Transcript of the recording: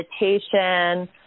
meditation